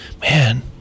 man